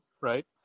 right